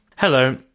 Hello